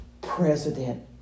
President